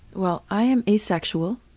well i am asexual,